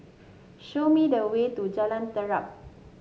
show me the way to Jalan Terap